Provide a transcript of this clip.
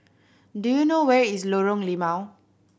do you know where is Lorong Limau